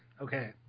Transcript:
Okay